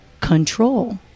control